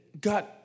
God